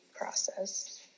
process